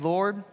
Lord